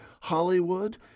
Hollywood